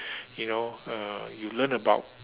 you know uh you learn about